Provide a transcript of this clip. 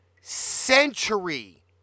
century